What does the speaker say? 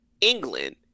England